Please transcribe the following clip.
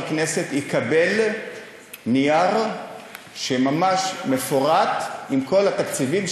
כנסת יקבל נייר ממש מפורט עם כל התקציבים,